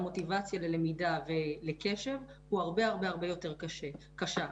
המוטיבציה ללמידה ולקשב הוא הרבה יותר קשה.